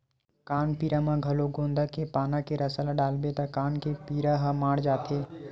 कान पीरा म घलो गोंदा के पाना के रसा ल डालबे त कान के पीरा ह माड़ जाथे